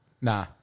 Nah